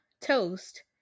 toast